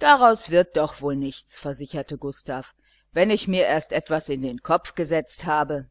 daraus wird doch wohl nichts versicherte gustav wenn ich mir erst etwas in den kopf gesetzt habe